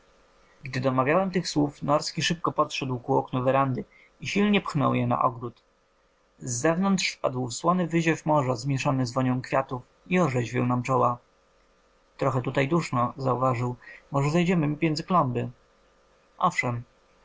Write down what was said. gdy domawiałem tych słów norski szybko podszedł ku oknu werandy i silnie pchnął je na ogród z zewnątrz wpadł słony wyziew morza zmieszany z wonią kwiatów i orzeźwił nam czoła trochę tutaj duszno zauważył może zejdziemy między klomby owszem